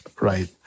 right